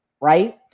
right